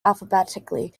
alphabetically